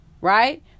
right